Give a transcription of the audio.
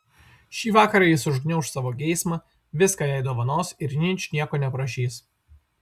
šį vakarą jis užgniauš savo geismą viską jai dovanos ir ničnieko neprašys